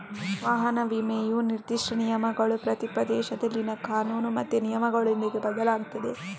ವಾಹನ ವಿಮೆಯ ನಿರ್ದಿಷ್ಟ ನಿಯಮಗಳು ಪ್ರತಿ ಪ್ರದೇಶದಲ್ಲಿನ ಕಾನೂನು ಮತ್ತೆ ನಿಯಮಗಳೊಂದಿಗೆ ಬದಲಾಗ್ತದೆ